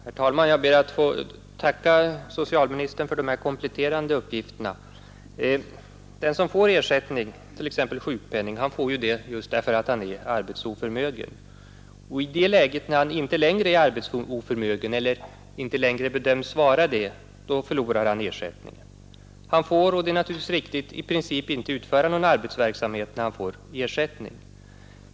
Herr talman! Jag tackar socialministern för dessa kompletterande uppgifter. Den som får ersättning, t.ex. sjukpenning, får ju det därför att han är arbetsoförmögen. I det läget när han inte längre är arbetsoförmögen, eller inte längre bedöms vara det, förlorar han ersättningen. Han får, och det är naturligtvis riktigt, i princip inte utföra någon arbetsverksamhet när han får ersättning.